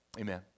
Amen